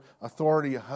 authority